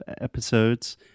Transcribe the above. episodes